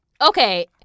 Okay